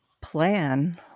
plan